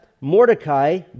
Mordecai